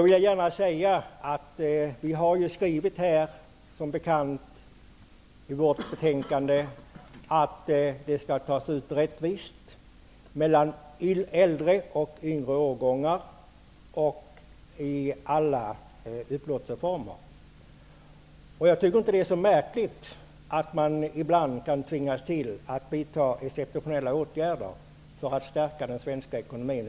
Som bekant har vi i vårt betänkande skrivit att de skall tas ut rättvist mellan äldre och yngre årgångar samt i alla upplåtelseformer. Det är inte så märkligt att man ibland kan tvingas att vidta exceptionella åtgärder för att stärka den svenska ekonomin.